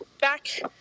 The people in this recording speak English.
back